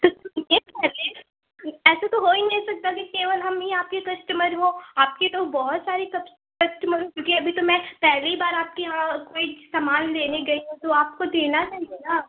तो सुनिए पहले ऐसे तो हो ही नहीं सकता कि केवल हम ही आपके कस्टमर हों आपके तो बहुत सारे कस्टमर होंगे अभी तो मैं पहली बार आपके यहाँ कोई सामान लेने गई हूँ तो आपको देना चाहिए न